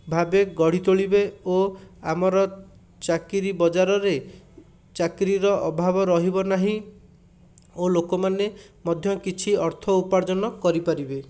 ଭାବେ ଗଢ଼ିତୋଳିବେ ଓ ଆମର ଚାକିରୀ ବଜାରରେ ଚାକିରୀର ଅଭାବ ରହିବ ନାହିଁ ଓ ଲୋକମାନେ ମଧ୍ୟ କିଛି ଅର୍ଥ ଉପାର୍ଜନ କରିପାରିବେ